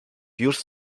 już